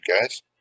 guys